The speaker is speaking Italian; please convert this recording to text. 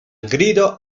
grido